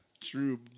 True